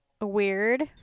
weird